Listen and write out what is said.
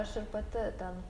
aš ir pati ten